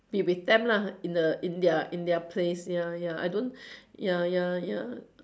be with them lah in the in their in their place ya ya I don't ya ya ya